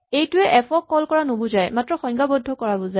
এইটোৱে এফ ক কল কৰা নুবুজায় মাত্ৰ সংজ্ঞাবদ্ধ কৰাটো বুজায়